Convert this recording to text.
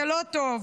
זה לא טוב.